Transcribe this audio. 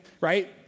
right